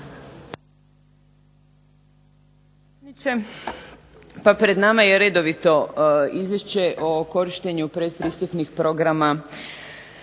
Pa pred nama je redovito izvješće o korištenju pretpristupnih programa